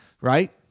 right